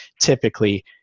typically